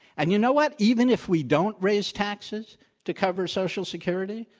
and you know what? even if we don't raise taxes to cover social security,